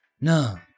No